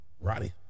Roddy